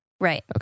Right